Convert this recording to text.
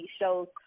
shows